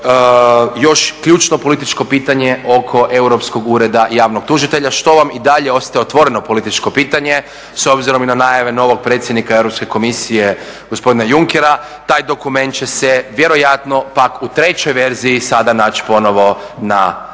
još ključno političko pitanje oko Europskog ureda javnog tužitelja što vam i dalje ostaje otvoreno političko pitanje s obzirom i na najave novog predsjednika Europske komisije gospodina Junckera, taj dokument će se vjerojatno pak u trećoj verziji sada naći ponovo na